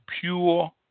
pure